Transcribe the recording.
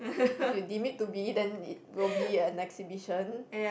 if you deem it to be then it will be an exhibition